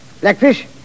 Blackfish